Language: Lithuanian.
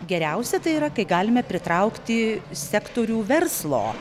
geriausia tai yra kai galime pritraukti sektorių verslo